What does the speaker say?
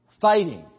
fighting